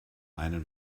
einen